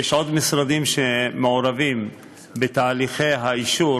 יש עוד משרדים שמעורבים בתהליכי האישור